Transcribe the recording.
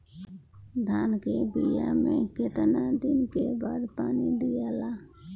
धान के बिया मे कितना दिन के बाद पानी दियाला?